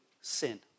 sin